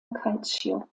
calcio